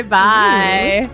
bye